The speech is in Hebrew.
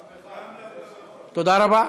עברה בטרומית,